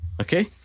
Okay